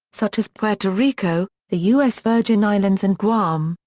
such as puerto rico, the u s. virgin islands and guam,